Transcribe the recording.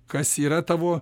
kas yra tavo